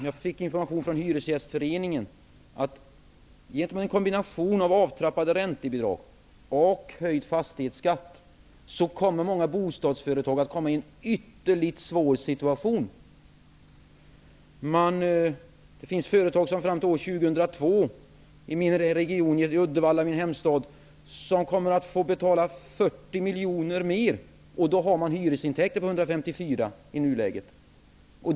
Jag har fått information från Hyresgästföreningen om att många bostadsföretag kommer att hamna i en ytterligt svår situation på grund av en kombination av nedtrappade räntebidrag och höjd fastighetsskatt. Det finns ett företag i min hemstad Uddevalla som fram till år 2002 kommer att få betala 40 miljoner mer. I nuläget har företaget hyresintäkter på 154 miljoner.